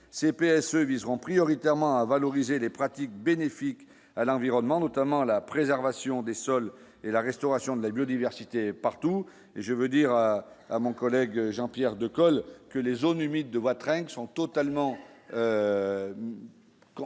CPS viseront prioritairement à valoriser les pratiques bénéfique à l'environnement, notamment la préservation des sols et la restauration de la biodiversité partout, je veux dire à mon collègue Jean-Pierre de que les zones humides de trinquent qui sont totalement